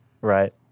right